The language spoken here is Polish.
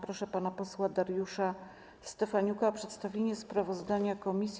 Proszę pana posła Dariusza Stefaniuka o przedstawienie sprawozdania komisji.